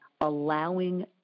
allowing